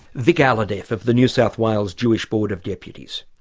vic alhadeff of the new south wales jewish board of deputies.